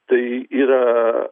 tai yra